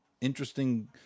interesting